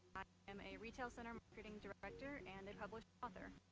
am a retail center marketing director and a published author.